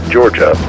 Georgia